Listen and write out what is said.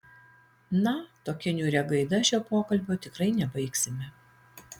na tokia niūria gaida šio pokalbio tikrai nebaigsime